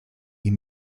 die